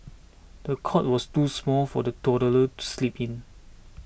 the cot was too small for the toddler to sleep in